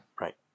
right